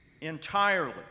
entirely